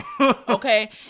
Okay